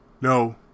No